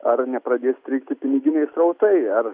ar nepradės strigti piniginiai srautai ar